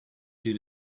due